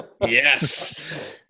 Yes